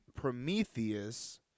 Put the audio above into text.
Prometheus